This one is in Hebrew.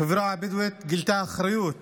החברה הבדואית גילתה אחריות